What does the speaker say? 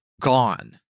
gone